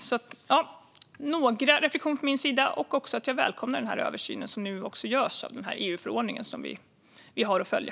Detta var några reflektioner från min sida. Jag välkomnar också den översyn som nu görs av den EU-förordning som vi har att följa.